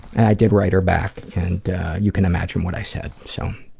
and i did write her back, and you can imagine what i said, so.